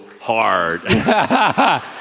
hard